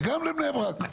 וגם לבני ברק.